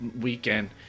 weekend